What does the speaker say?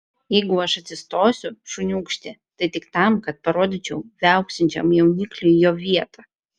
jeigu aš atsistosiu šuniūkšti tai tik tam kad parodyčiau viauksinčiam jaunikliui jo vietą